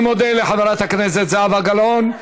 אני מודה לחברת הכנסת זהבה גלאון.